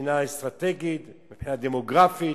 מבחינה אסטרטגית, מבחינה דמוגרפית.